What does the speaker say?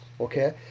okay